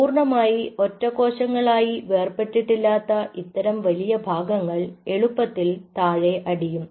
പൂർണ്ണമായി ഒറ്റ കോശങ്ങളായി വേർപെട്ടിട്ടില്ലാത്ത ഇത്തരം വലിയ ഭാഗങ്ങൾ എളുപ്പത്തിൽ താഴെ അടിയും